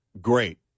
great